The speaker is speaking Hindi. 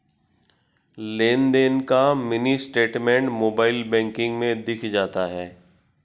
लेनदेन का मिनी स्टेटमेंट मोबाइल बैंकिग में दिख जाता है